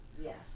Yes